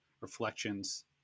reflections